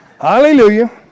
Hallelujah